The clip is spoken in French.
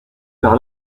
par